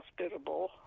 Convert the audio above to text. hospitable